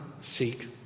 seek